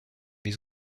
dans